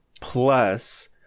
Plus